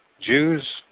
Jews